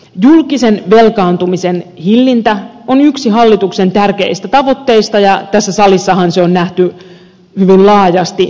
julkisen velkaantumisen hillintä on yksi hallituksen tärkeistä tavoitteista ja tässä salissahan se on nähty hyvin laajasti välttämättömänä tavoitteena